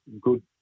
good